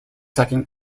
second